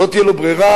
לא תהיה לו ברירה,